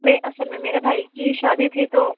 نہیں اصل میں میرے بھائی کی شادی تھی تو